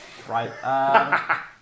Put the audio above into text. right